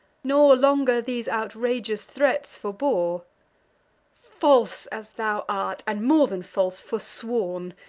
nor longer these outrageous threats forebore false as thou art, and, more than false, forsworn!